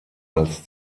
als